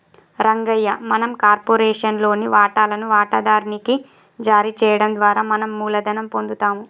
రంగయ్య మనం కార్పొరేషన్ లోని వాటాలను వాటాదారు నికి జారీ చేయడం ద్వారా మనం మూలధనం పొందుతాము